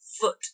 foot